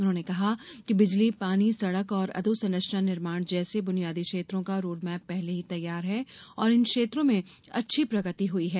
उन्होंने कहा कि बिजली पानी सड़क और अधोसंरचना निर्माण जैसे बुनियादी क्षेत्रों का रोडमेप पहले ही तैयार है और इन क्षेत्रों में अच्छी प्रगति हुई है